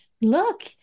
look